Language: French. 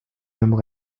mêmes